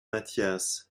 mathias